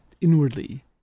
inwardly